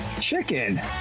Chicken